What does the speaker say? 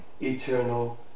eternal